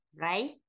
right